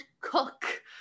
cook